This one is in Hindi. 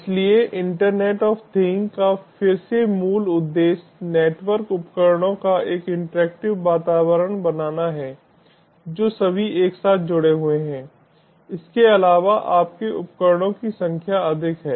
इसलिए इंटरनेट ऑफ थिंग्स का फिर से मूल उद्देश्य नेटवर्कउपकरणों का एक इंटरैक्टिव वातावरण बनाना है जो सभी एक साथ जुड़े हुए हैं इसके अलावा आपके उपकरणों की संख्या अधिक है